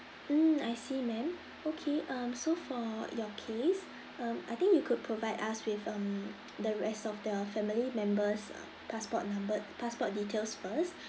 mm I see ma'am okay um so for your case um I think you could provide us with um the rest of the family members' uh passport number passport details first